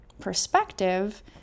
perspective